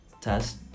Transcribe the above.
test